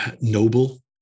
noble